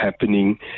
happening